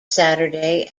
saturday